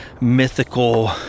mythical